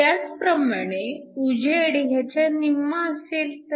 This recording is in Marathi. त्याचप्रमाणे उजेड ह्याच्या निम्मा असेल तर